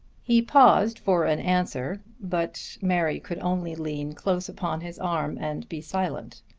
he paused for an answer but mary could only lean close upon his arm and be silent.